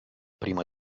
prima